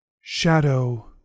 Shadow